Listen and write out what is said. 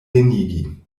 venigi